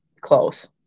close